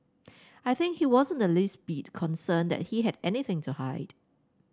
I think he wasn't the least bit concerned that he had anything to hide